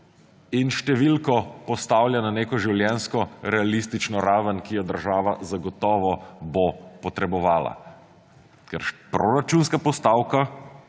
in številko postavlja na neko življenjsko realistično raven, ki jo država zagotovo bo potrebovala. Proračunska postavka,